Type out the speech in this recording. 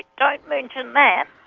don't mention that!